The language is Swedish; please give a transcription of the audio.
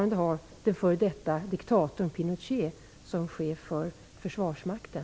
Den före detta diktatorn Pinochet är ju fortfarande chef för försvarsmakten!